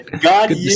god